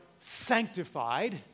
sanctified